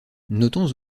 notons